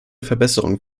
verbesserung